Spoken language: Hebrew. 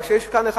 אבל כשיש קנה אחד,